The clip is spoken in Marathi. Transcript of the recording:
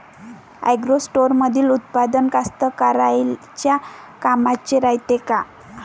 ॲग्रोस्टारमंदील उत्पादन कास्तकाराइच्या कामाचे रायते का?